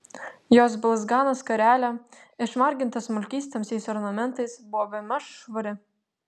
jos balzgana skarelė išmarginta smulkiais tamsiais ornamentais buvo bemaž švari